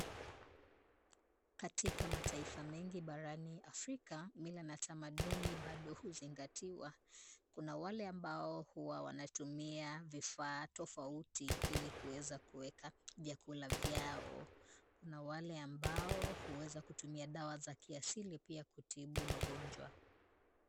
Katika mataifa mengi barani Afrika, mila na tamaduni bado huzingatiwa. Kuna wale ambao huwa wanatumia vifaa tofauti ili kuweza kuweka vyakula vyao. Kuna wale ambao huweza kutumia dawa za kiasili pia kutibu magonjwa.